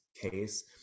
case